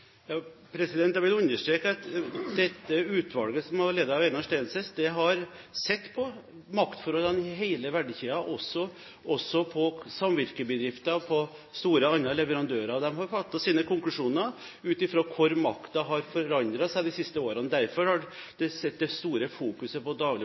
Jeg vil understreke at det utvalget som har vært ledet av Einar Steensnæs, har sett på maktforholdene i hele verdikjeden, også når det gjelder samvirkebedrifter og andre store leverandører. De har trukket sine konklusjoner ut fra hvordan makten har forandret seg de siste årene. Derfor er det store fokuset satt på